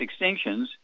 extinctions